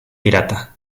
pirata